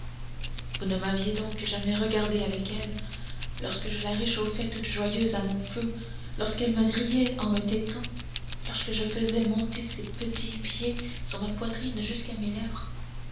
vous ne m'aviez donc jamais regardée avec elle lorsque je la réchauffais toute joyeuse à mon feu lorsqu'elle me riait en me tétant lorsque je faisais monter ses petits pieds sur ma poitrine jusqu'à mes lèvres